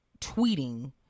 tweeting